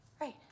Right